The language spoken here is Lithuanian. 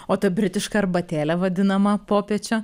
o ta britiška arbatėlė vadinama popiečio